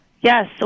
Yes